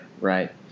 right